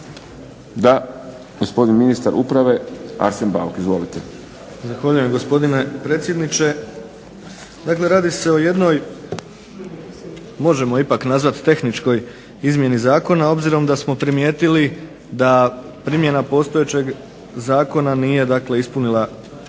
Da. Gospodin ministar uprave Arsen Bauk. Izvolite. **Bauk, Arsen (SDP)** Zahvaljujem gospodine predsjedniče. Dakle radi se o jednoj možemo je ipak nazvati tehničkoj izmjeni zakona obzirom da smo primijetili da primjena postojećeg zakona nije dakle ispunila ono